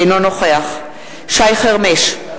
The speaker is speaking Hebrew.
אינו נוכח שי חרמש,